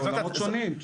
זה עולמות שונים.